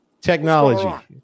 Technology